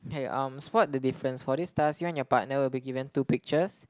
okay um spot the difference for this task you and your partner will be given two pictures